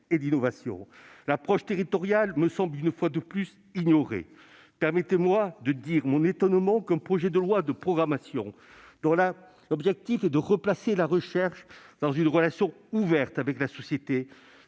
et d'innovation. L'approche territoriale me semble une fois de plus avoir été ignorée. Permettez-moi de dire mon étonnement qu'un projet de loi de programmation, dont l'objectif est de replacer la recherche dans une relation ouverte avec la société,